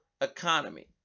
economy